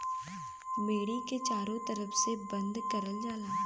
मेड़ी के चारों तरफ से बंद रखल जाला